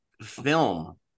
film